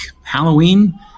Halloween